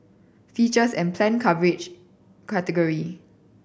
features and planned coverage category